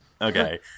Okay